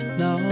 no